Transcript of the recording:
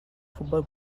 futbol